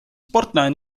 sportlane